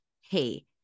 hey